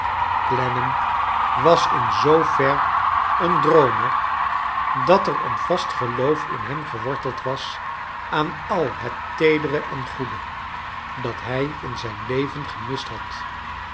clennanm was in zoo ver een droomer dat er een vast geloof in hem geworteld was aan al het teedere en goede dat hij in zijn leven gemist had